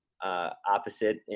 opposite